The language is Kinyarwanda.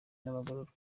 n’abagororwa